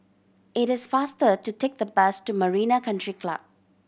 it is faster to take the bus to Marina Country Club